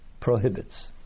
prohibits